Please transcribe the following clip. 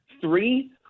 three